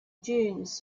dunes